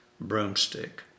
broomstick